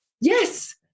Yes